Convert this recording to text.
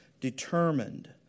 determined